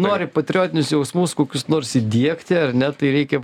nori patriotinius jausmus kokius nors įdiegti ar ne tai reikia